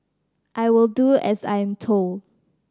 I will do as I'm told